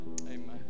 amen